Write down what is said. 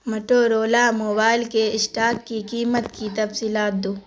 Motorola mobile کے stock کی قیمت کی تفصیلات دو